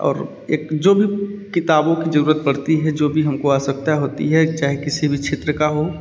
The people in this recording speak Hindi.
और एक जो भी किताबों की जरूरत पड़ती है जो भी हमको आवश्यकता होती है चाहे किसी भी क्षेत्र का हो